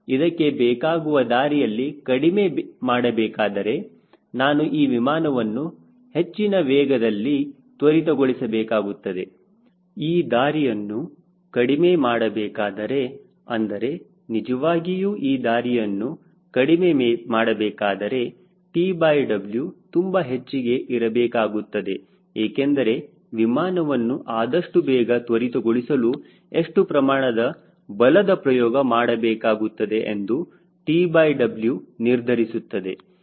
ಇದಕ್ಕೆ ಬೇಕಾಗುವ ದಾರಿಯನ್ನು ಕಡಿಮೆ ಮಾಡಬೇಕಾದರೆ ನಾನು ಈ ವಿಮಾನವನ್ನು ಹೆಚ್ಚಿನ ವೇಗದಲ್ಲಿ ತ್ವರಿತಗೊಳಿಸಬೇಕಾಗುತ್ತದೆ ಈ ದಾರಿಯನ್ನು ಕಡಿಮೆ ಮಾಡಬೇಕಾದರೆ ಅಂದರೆ ನಿಜವಾಗಿಯೂ ಈ ದಾರಿಯನ್ನು ಕಡಿಮೆ ಮಾಡಬೇಕಾದರೆ TW ತುಂಬಾ ಹೆಚ್ಚಿಗೆ ಇರಬೇಕಾಗುತ್ತದೆ ಏಕೆಂದರೆ ವಿಮಾನವನ್ನು ಆದಷ್ಟು ಬೇಗ ತ್ವರಿತಗೊಳಿಸಲು ಎಷ್ಟು ಪ್ರಮಾಣದ ಬಲದ ಪ್ರಯೋಗ ಮಾಡಬೇಕಾಗುತ್ತದೆ ಎಂದು TW ನಿರ್ಧರಿಸುತ್ತದೆ